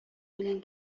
белән